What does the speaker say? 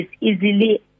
easily